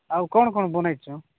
ଆଉ କ'ଣ କ'ଣ ବନାଇଛୁ